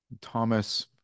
Thomas